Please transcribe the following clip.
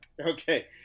Okay